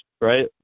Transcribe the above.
right